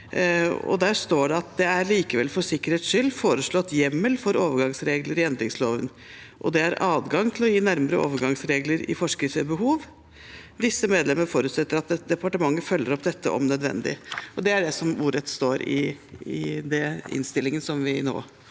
Der står det: «Det er likevel for sikkerhets skyld foreslått hjemmel for overgangsregler i endringsloven, og det er adgang til å gi nærmere overgangsregler i forskrift ved behov. Disse medlemmer forutsetter at departementet følger opp dette om nødvendig.» Det er det som ordrett står i den innstillingen som